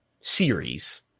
series